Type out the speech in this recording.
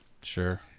Sure